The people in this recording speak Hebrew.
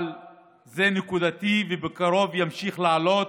אבל זה נקודתי, ובקרוב ימשיך לעלות.